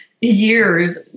years